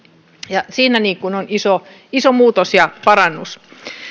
ja siinä on iso iso muutos ja parannus